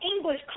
English